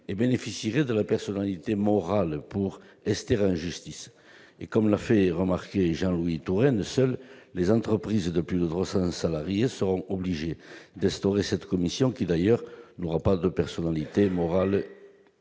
bénéficierait de la personnalité morale pour pouvoir ester en justice. Comme l'a fait remarquer Jean-Louis Tourenne, seules les entreprises de plus de 300 salariés seront obligées d'instaurer cette commission qui, d'ailleurs, n'aura pas de personnalité morale